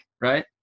Right